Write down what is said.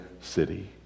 city